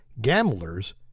gamblers